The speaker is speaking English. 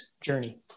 journey